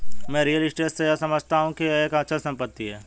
मैं real estate से यह समझता हूं कि यह एक अचल संपत्ति है